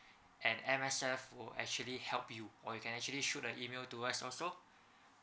and M_S_F will actually help you or you can actually shoot an email to us also